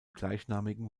gleichnamigen